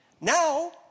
Now